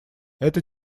это